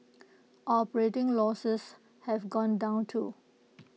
operating losses have gone down too